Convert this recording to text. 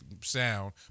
sound